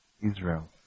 Israel